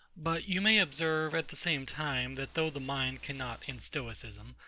but you may observe, at the same time, that though the mind cannot, in stoicism,